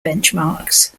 benchmarks